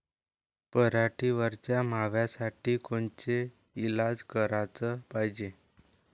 पराटीवरच्या माव्यासाठी कोनचे इलाज कराच पायजे?